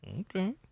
Okay